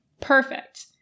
Perfect